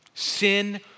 Sin